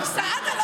סתם,